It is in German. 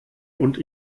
und